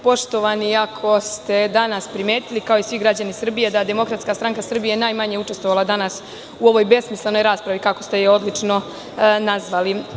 Poštovani ako ste danas primetili, kao i svi građani Srbije da je DSS najmanje učestvovala danas u ovoj besmislenoj raspravi, kako ste je odlično nazvali.